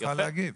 זכותך להגיב.